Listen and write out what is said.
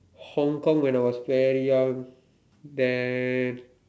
Hong-Kong when I was very young then